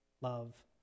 love